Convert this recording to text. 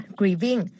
grieving